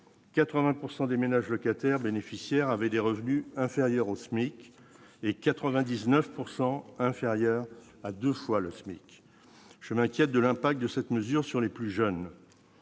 des ménages locataires bénéficiaires avaient des revenus inférieurs au SMIC et 99 pourcent inférieur à 2 fois le SMIC, je m'inquiète de l'impact de cette mesure sur les plus jeunes,